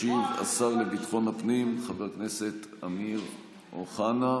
ישיב השר לביטחון הפנים חבר הכנסת אמיר אוחנה.